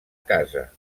casa